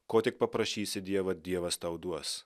ko tik paprašysi dievą dievas tau duos